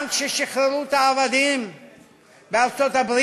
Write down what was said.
גם כששחררו את העבדים בארצות-הברית,